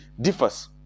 differs